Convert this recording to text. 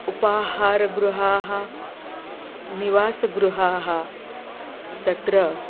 उपाहारगृहाः निवासगृहाः तत्र